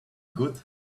good